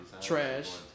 Trash